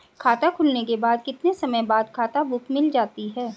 खाता खुलने के कितने समय बाद खाता बुक मिल जाती है?